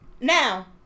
Now